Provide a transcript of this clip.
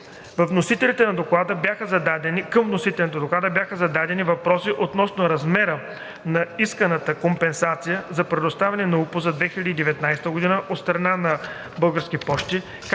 вносителите на Доклада бяха зададени въпроси относно размера на исканата компенсация за предоставяне на УПУ за 2019 г. от страна на „Български пощи“,